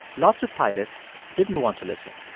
lots of pilots didn't want to listen.